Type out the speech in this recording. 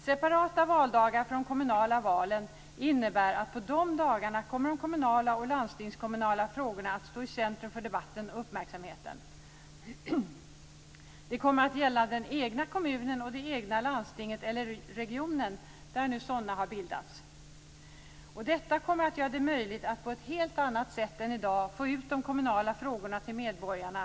Separata valdagar för de kommunala valen innebär att de kommunala och landstingskommunala frågorna kommer att stå i centrum för debatten och uppmärksamheten under de dagarna. Det kommer att gälla den egna kommunen och det egna landstinget eller regionen, där nu sådana har bildats. Detta kommer att göra det möjligt att på ett helt annat sätt än i dag få ut de kommunala frågorna till medborgarna.